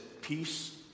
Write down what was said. peace